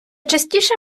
частіше